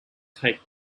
take